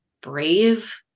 brave